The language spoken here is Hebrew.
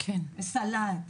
סלט,